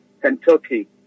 Kentucky